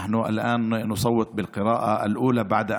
אנו כרגע מצביעים בקריאה ראשונה,